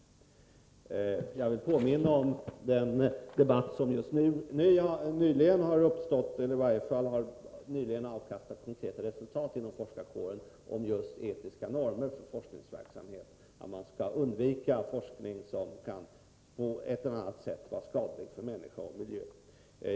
Jag vill påminna om den debatt som nyligen har avkastat konkreta resultat inom forskarkåren när det gäller just etiska normer för forskningsverksamhet och som innebär att man skall undvika forskning som på ett eller annat sätt kan vara skadlig för människa och miljö.